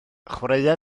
chwaraea